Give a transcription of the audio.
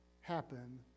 happen